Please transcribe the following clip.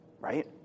right